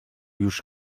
już